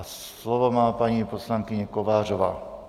Slovo má paní poslankyně Kovářová.